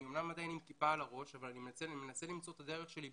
אני אמנם עדיין עם כיפה על הראש אבל אני מנסה למצוא את הדרך שלי בצה"ל,